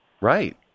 Right